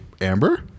Amber